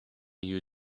you